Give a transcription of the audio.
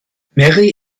mary